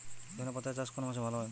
ধনেপাতার চাষ কোন মাসে ভালো হয়?